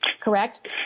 correct